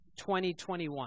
2021